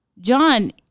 John